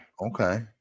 Okay